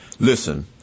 Listen